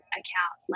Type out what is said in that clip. account